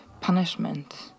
punishment